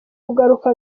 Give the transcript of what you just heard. kugaruka